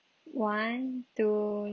one two